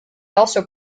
also